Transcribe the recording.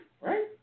right